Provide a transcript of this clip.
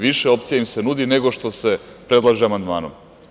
Više opcija im se nudi, nego što se predlaže amandmanom.